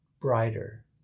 brighter